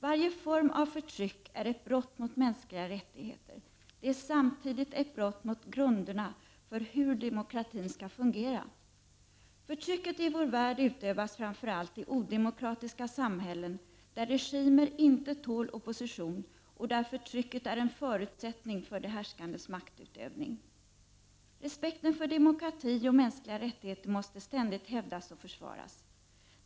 Varje form av förtryck är ett brott mot mänskliga rättigheter. Det är samtidigt ett brott mot grunderna för hur demokratin skall fungera. Förtrycket i vår värld utövas framför allt i odemokratiska samhällen, där regimer inte tål opposition och där förtrycket är en förutsättning för de härskandes maktutövning. Respekten för demokrati och mänskliga rättigheter måste ständigt hävdas och försvaras.